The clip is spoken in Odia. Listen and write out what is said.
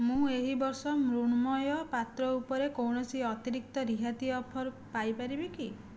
ମୁଁ ଏହିବର୍ଷ ମୃଣ୍ମୟ ପାତ୍ର ଉପରେ କୌଣସି ଅତିରିକ୍ତ ରିହାତି ଅଫର୍ ପାଇପାରିବି କି